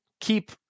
keep